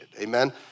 Amen